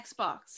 xbox